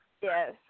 Yes